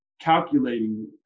calculating